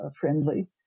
friendly